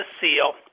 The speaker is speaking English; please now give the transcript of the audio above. seal